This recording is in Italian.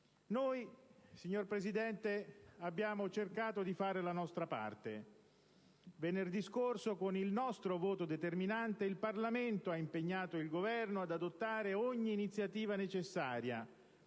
Signor Presidente, noi abbiamo cercato di fare la nostra parte. Venerdì scorso, con il nostro voto determinante, il Parlamento ha impegnato il Governo ad adottare ogni iniziativa necessaria